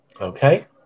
Okay